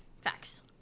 facts